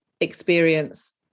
experience